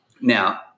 now